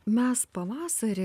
mes pavasarį